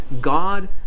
God